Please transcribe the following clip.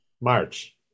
march